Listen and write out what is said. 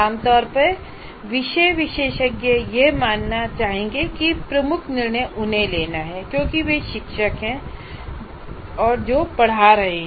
आम तौर पर विषय विशेषज्ञ यह मानना चाहेंगे कि प्रमुख निर्णय उन्हें लेना हैं क्योंकि वे शिक्षक हैं जो पढ़ा रहे हैं